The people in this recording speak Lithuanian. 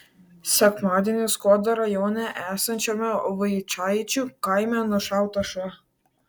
sekmadienį skuodo rajone esančiame vaičaičių kaime nušautas šuo